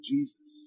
Jesus